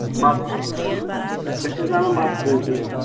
بَتہٕ أسۍ حظ اَنَان بَتہٕ سۭتی حظ